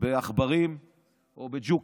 בעכברים או בג'וקים.